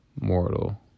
mortal